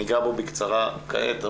ניגע בו בקצרה כעת,